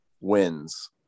wins